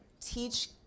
teach